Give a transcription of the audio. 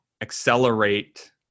accelerate